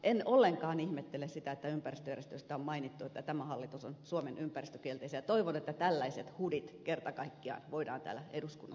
en ollenkaan ihmettele sitä että ympäristöjärjestöistä on mainittu että tämä hallitus on suomen ympäristökielteisin ja toivon että tällaiset hudit kerta kaikkiaan voidaan täällä eduskunnassa korjata